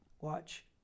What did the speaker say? Watch